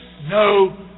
no